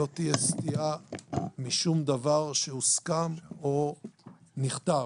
לא תהיה סטייה משום דבר שהוסכם או נכתב,